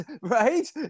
right